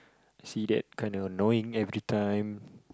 I see that kind of annoying everytime